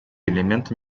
элементы